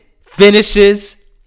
Finishes